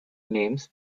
names